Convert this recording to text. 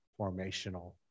formational